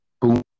boom